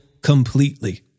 completely